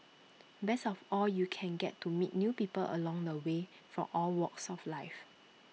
best of all you can get to meet new people along the way from all walks of life